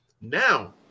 Now